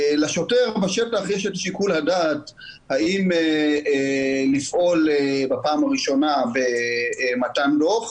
לשוטר בשטח יש את שיקול הדעת האם לפעול בפעם הראשונה במתן דוח,